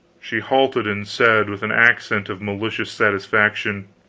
she halted, and said with an accent of malicious satisfaction